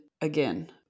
again